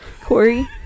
Corey